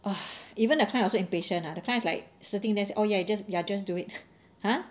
ugh even the client also impatient ah the client is like sitting oh ya you just you are just do it !huh!